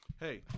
Hey